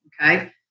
Okay